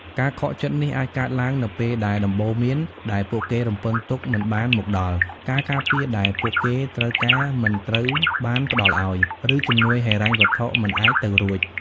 ការខកចិត្តនេះអាចកើតឡើងនៅពេលដែលដំបូន្មានដែលពួកគេរំពឹងទុកមិនបានមកដល់ ការការពារដែលពួកគេត្រូវការមិនត្រូវបានផ្ដល់ឱ្យ ឬជំនួយហិរញ្ញវត្ថុមិនអាចទៅរួច។